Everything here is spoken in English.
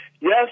yes